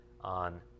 on